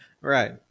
Right